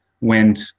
went